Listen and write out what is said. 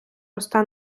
росте